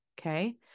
Okay